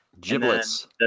Giblets